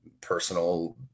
personal